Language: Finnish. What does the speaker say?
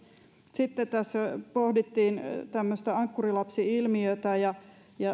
sitten tässä pohdittiin tämmöistä ankkurilapsi ilmiötä ja